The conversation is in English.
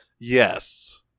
Yes